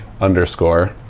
underscore